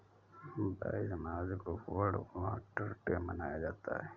बाईस मार्च को world water day मनाया जाता है